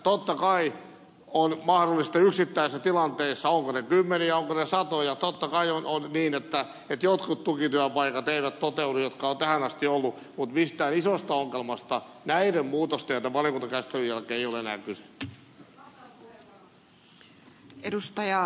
totta kai on mahdollista yksittäisissä tilanteissa ovatko ne kymmeniä ovatko ne satoja totta kai on niin että jotkut tukityöpaikat eivät toteudu jotka ovat tähän asti olleet mutta mistään isosta ongelmasta näiden muutosten ja tämän valiokuntakäsittelyn jälkeen ei ole enää kyse